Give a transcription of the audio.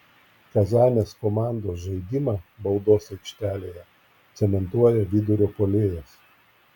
kazanės komandos žaidimą baudos aikštelėje cementuoja vidurio puolėjas